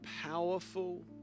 powerful